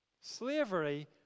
Slavery